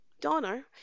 Donner